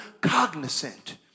cognizant